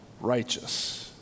righteous